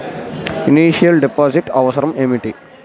Initial deposit అవసరం ఏమిటి?